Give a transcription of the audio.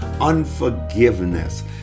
unforgiveness